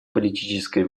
политической